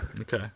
Okay